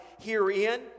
herein